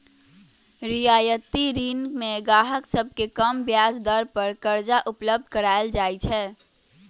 रियायती ऋण में गाहक सभके कम ब्याज दर पर करजा उपलब्ध कराएल जाइ छै